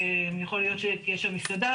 יכול להיות שתהיה שם מסעדה,